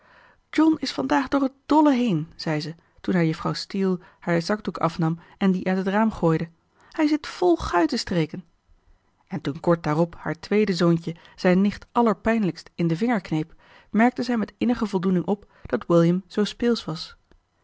john is vandaag door t dolle heen zei ze toen hij juffrouw steele haar zakdoek afnam en dien uit het raam gooide hij zit vol guitenstreken en toen kort daarop haar tweede zoontje zijn nicht allerpijnlijkst in den vinger kneep merkte zij met innige voldoening op dat william zoo speelsch was